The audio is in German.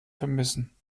vermissen